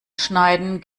schneiden